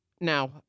now